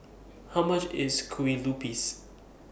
How much IS Kue Lupis